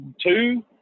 two